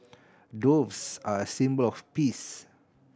doves are a symbol of peace